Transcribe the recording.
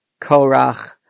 Korach